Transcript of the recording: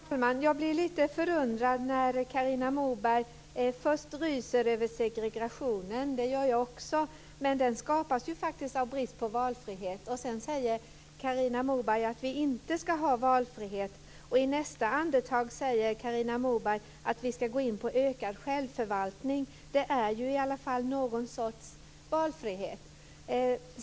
Fru talman! Jag blir lite förundrad när Carina Moberg först ryser över segregationen - det gör jag också, men den skapas ju av brist på valfrihet - och sedan säger att vi inte skall ha valfrihet. I nästa andetag säger hon att vi skall gå in på ökad självförvaltning. Det är i alla fall någon sorts valfrihet.